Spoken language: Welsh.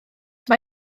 mae